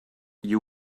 you